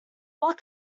what